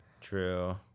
True